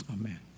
Amen